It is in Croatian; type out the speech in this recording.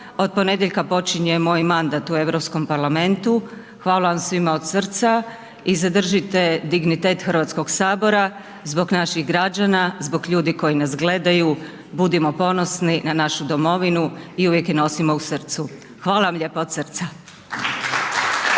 Od ponedjeljka počinje moj mandat u Europskom parlamentu. Hvala vam svima od srca i zadržite dignitet Hrvatskog sabora, zbog naših građana, zbog ljudi koji nas gledaju, budimo ponosni na našu domovinu i uvijek je nosimo u srcu. Hvala vam lijepa od srca.